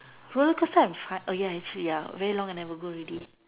will first time I try oh ya it's true very long time I never go already